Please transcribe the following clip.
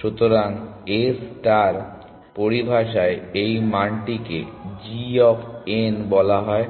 সুতরাং A star পরিভাষায় এই মানটিকে g অফ n বলা হয়